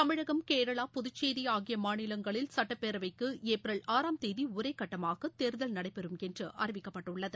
தமிழகம் கேரளா புதுச்சேரி ஆகிய மாநிலங்களில் சட்டப்பேரவைக்கு ஏப்ரல் ஆறாம் தேதி ஒரே கட்டமாக தேர்தல் நடைபெறும் என்று அறிவிக்கப்பட்டுள்ளது